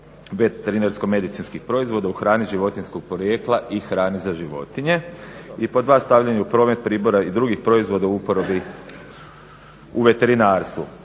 veterinarsko-medicinskih proizvoda u hrani životinjskog porijekla i hrani za životinje. I pod dva, stavljanje u promet pribora i drugih proizvoda u uporabi u veterinarstvu.